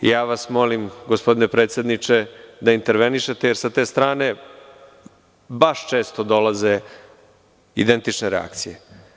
Ja vas molim gospodine predsedniče da intervenišete, jer sa te strane baš često dolaze identične reakcije.